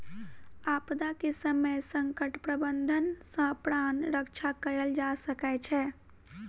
आपदा के समय संकट प्रबंधन सॅ प्राण रक्षा कयल जा सकै छै